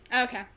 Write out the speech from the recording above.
Okay